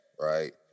Right